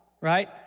right